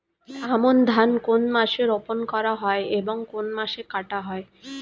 আমন ধান কোন মাসে রোপণ করা হয় এবং কোন মাসে কাটা হয়?